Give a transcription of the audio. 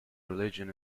religion